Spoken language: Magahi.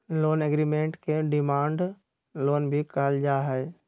लोन एग्रीमेंट के डिमांड लोन भी कहल जा हई